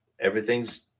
everything's